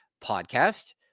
podcast